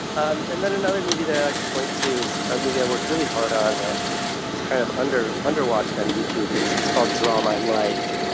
um and then another movie that i like to point to is a movie i worked really hard on that is kind of under-watched on youtube, but it's it's called draw my life.